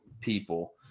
people